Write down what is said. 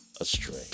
astray